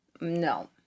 No